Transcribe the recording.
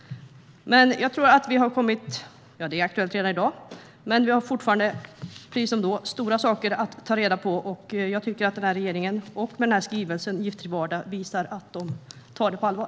Det är aktuellt även i dag, men precis som då har vi fortfarande stora saker att ta reda på. Jag tycker att regeringen med skrivelsen Giftfri vardag visar att den tar detta på allvar.